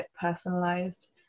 personalized